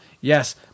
Yes